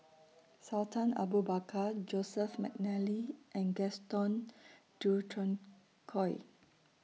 Sultan Abu Bakar Joseph Mcnally and Gaston Dutronquoy